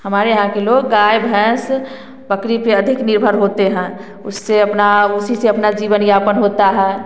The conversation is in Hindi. हमारे यहाँ के लोग गाय भैस बकरी पे अधिक निर्भर होते हैं उससे अपना उसी से अपना जीवन यापन होता है